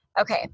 Okay